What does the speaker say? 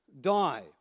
die